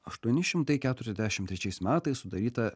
aštuoni šimtai keturiasdešim trečiais metais sudaryta